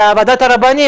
ועל ועדת הרבנים.